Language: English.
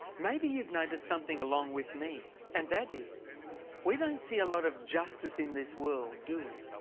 maybe you've noticed something along with me, and that is we don't see a lot of justice in this world, do we?